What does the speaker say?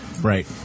Right